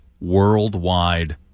worldwide